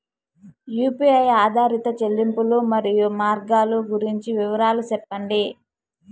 UPI ఆధారిత చెల్లింపులు, మరియు మార్గాలు గురించి వివరాలు సెప్పండి?